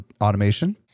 automation